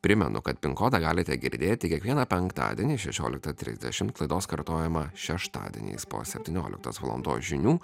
primenu kad pin kodą galite girdėti kiekvieną penktadienį šešioliktą trisdešimt laidos kartojimą šeštadieniais po septynioliktos valandos žinių